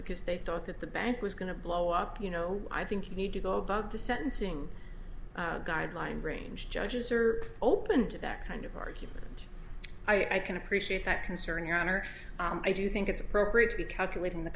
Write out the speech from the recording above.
because they thought that the bank was going to blow up you know i think you need to go above the sentencing guidelines range judges are open to that kind of argument i can appreciate that concern your honor i do think it's appropriate to be calculating the